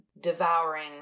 devouring